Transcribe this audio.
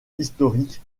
historique